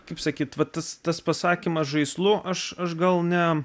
kaip sakyti vat tas pasakymas žaislu aš aš gal ne